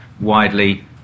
widely